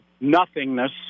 nothingness